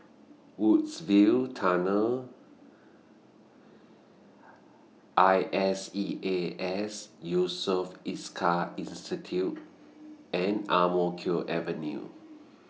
Woodsville Tunnel I S E A S Yusof Ishak Institute and Ang Mo Kio Avenue